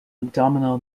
abdominal